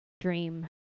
dream